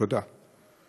תודה.